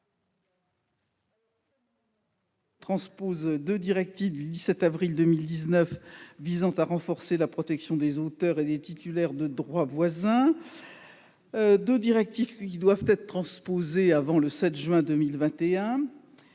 à transposer deux directives de 2019 visant à renforcer la protection des auteurs et des titulaires de droits voisins. Ces deux directives doivent être transposées avant le 7 juin 2021.